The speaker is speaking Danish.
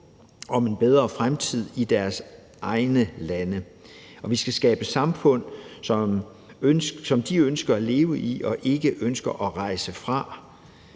om en bedre fremtid i deres egne lande. Vi skal skabe samfund, som de ønsker at leve i og ikke ønsker at rejse fra.